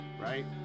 Right